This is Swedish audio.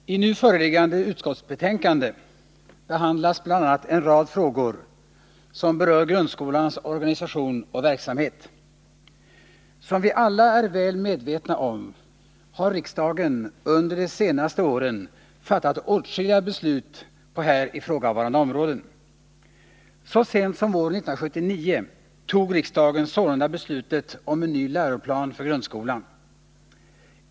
Herr talman! I nu föreliggande utskottsbetänkande behandlas bl.a. en rad frågor, som berör grundskolans organisation och verksamhet. Som vi alla är väl medvetna om har riksdagen under de senåste åren fattat åtskilliga beslut på här ifrågavarande område. Så sent som våren 1979 fattade riksdagen sålunda beslutet om en ny läroplan för grundskolan.